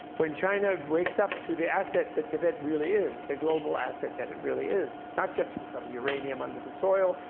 when china wakes up to the asset that tibet really is, the global asset that it really is. not just for some uranium under the soil,